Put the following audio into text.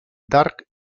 dark